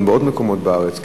גם בעוד מקומות בארץ,